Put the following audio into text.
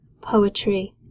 Poetry